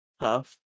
Tough